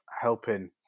helping